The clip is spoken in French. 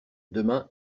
demain